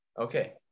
Okay